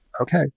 okay